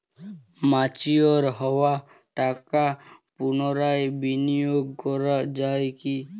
Mature হওয়া টাকা পুনরায় বিনিয়োগ করা য়ায় কি?